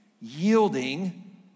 yielding